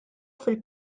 fil